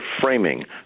framing